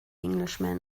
englishman